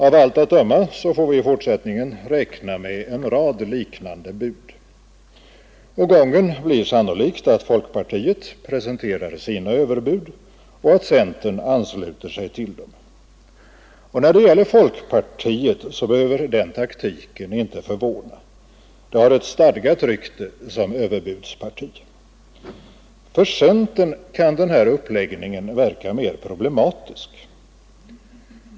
Av allt att döma får vi i fortsättningen räkna med en rad liknande bud. Gången blir sannolikt att folkpartiet presenterar sina överbud och att centerpartiet ansluter sig till dem. Och när det gäller folkpartiet behöver den taktiken inte förvåna; det har ett stadgat rykte som överbudsparti. För centern kan denna uppläggning verka mer problematisk.